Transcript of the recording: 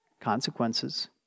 Consequences